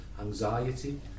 anxiety